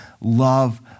love